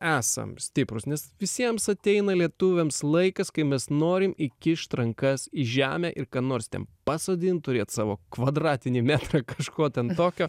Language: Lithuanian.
esam stiprūs nes visiems ateina lietuviams laikas kai mes norim įkišt rankas į žemę ir kam nors ten pasodint turėt savo kvadratinį metrą kažko ten tokio